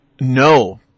No